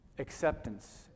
Acceptance